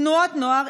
תנועות נוער,